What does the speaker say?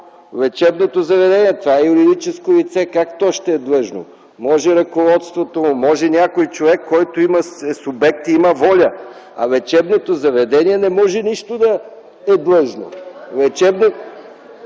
Лечебното заведение – това е юридическо лице, как то ще е длъжно? Може ръководството му, може някой човек, който е субект и има воля. Лечебното заведение не може нищо да е длъжно. (Реплики.)